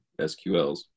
SQLs